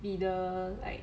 will be the like